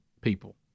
people